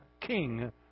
King